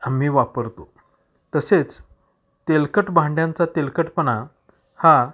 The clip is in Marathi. आम्ही वापरतो तसेच तेलकट भांड्यांचा तेलकटपणा हा